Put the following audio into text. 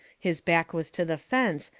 his back was to the fence,